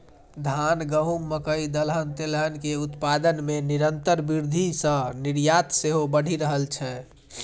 धान, गहूम, मकइ, दलहन, तेलहन के उत्पादन मे निरंतर वृद्धि सं निर्यात सेहो बढ़ि रहल छै